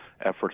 efforts